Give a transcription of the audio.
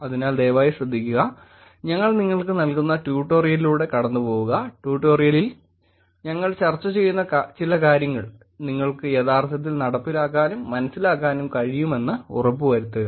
അതിനാൽ ദയവായി ശ്രദ്ധിക്കുക ഞങ്ങൾ നിങ്ങൾക്ക് നൽകുന്ന ട്യൂട്ടോറിയലിലൂടെ കടന്നുപോകുക ട്യൂട്ടോറിയലിൽ ഞങ്ങൾ ചർച്ച ചെയ്യുന്ന ചില കാര്യങ്ങൾ നിങ്ങൾക്ക് യഥാർത്ഥത്തിൽ നടപ്പിലാക്കാനും മനസ്സിലാക്കാനും കഴിയുമെന്ന് ഉറപ്പുവരുത്തുക